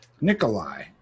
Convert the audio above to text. Nikolai